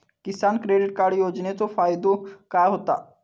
किसान credit card योजनेचो फायदो काय होता?